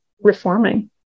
reforming